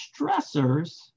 stressors